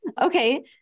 Okay